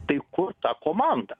tai kur ta komanda